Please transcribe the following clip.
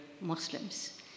Muslims